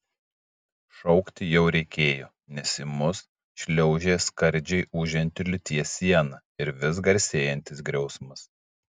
šaukti jau reikėjo nes į mus šliaužė skardžiai ūžianti liūties siena ir vis garsėjantis griausmas